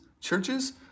churches